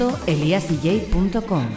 eliasdj.com